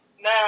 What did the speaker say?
now